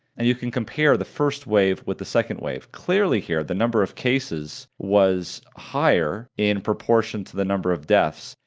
and you can compare the first wave with the second wave. clearly here, the number of cases was higher in proportion to the number of deaths,